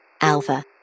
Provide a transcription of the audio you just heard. Alpha